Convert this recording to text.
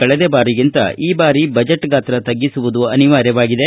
ಕಳೆದ ಬಾರಿಗಿಂತ ಈ ಬಾರಿ ಬಜೆಟ್ ಗಾತ್ರ ತಗ್ಗಿಸುವುದು ಅನಿವಾರ್ಯವಾಗಿದೆ